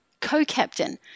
co-captain